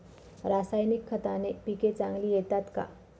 रासायनिक खताने पिके चांगली येतात का?